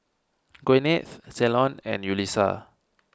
Gwyneth Ceylon and Yulisa